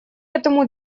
этому